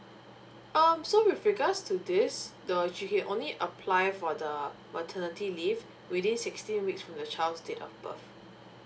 um so with regards to this the she can only apply for the maternity leave within sixteen weeks from the child's date of birth